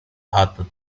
other